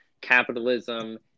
capitalism